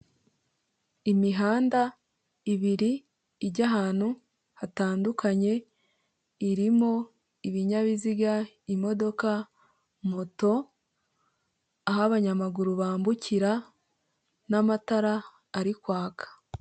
Imihanda ibiri ijya ahantu hatandukanye irimo ibinyabiziga imodoka, moto, aho abanyamaguru bambukira n'amatara ari kwaka.